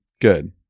Good